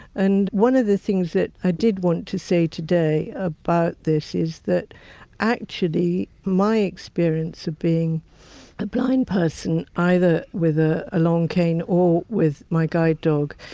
and one of the things that i did want to say today about this is that actually my experience of being a blind person, either with ah a long cane or with my guide dog,